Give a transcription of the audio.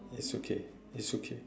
it's okay it's okay